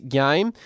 game